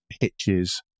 hitches